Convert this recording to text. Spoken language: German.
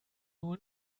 nur